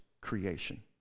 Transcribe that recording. creation